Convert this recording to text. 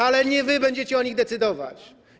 Ale nie wy będziecie o nich decydować.